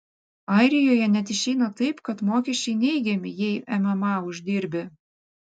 airijoje net išeina taip kad mokesčiai neigiami jei mma uždirbi